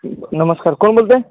नमस्कार कोण बोलत आहे